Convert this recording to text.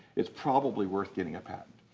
it's probably worth getting a patent.